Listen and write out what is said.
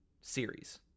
series